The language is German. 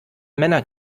männer